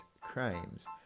crimes